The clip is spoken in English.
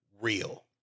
real